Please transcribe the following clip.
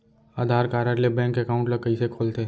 आधार card ले bank account ल कइसे खोलथे?